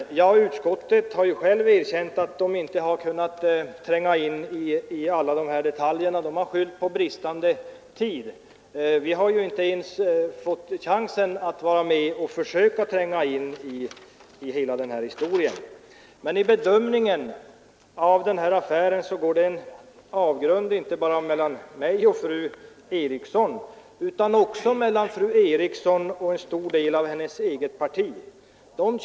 Herr talman! Utskottet har självt erkänt att man inte har kunnat tränga in i alla detaljer. Man har skyllt på bristande tid. Vi kommunister har inte ens fått chansen att vara med i utskottet för att söka sätta oss in i alla detaljer i denna IB-affär. Men i bedömningen av den går det en avgrund inte bara mellan mig och fru Eriksson utan också mellan fru Eriksson och en stor del av hennes egna partikamrater.